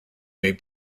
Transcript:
may